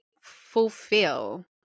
fulfill